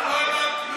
כי הוא לא אמר כלום.